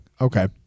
Okay